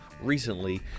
recently